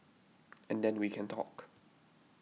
and then we can talk